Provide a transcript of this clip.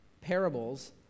parables